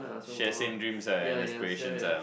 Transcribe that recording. share same dreams ah and aspirations ah